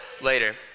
later